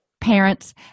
parents